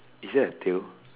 is there a tail